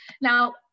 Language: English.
Now